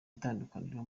itandukaniro